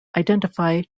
identify